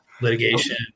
litigation